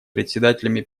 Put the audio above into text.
председателями